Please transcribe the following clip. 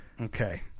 okay